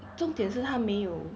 重点是他没